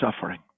suffering